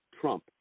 trump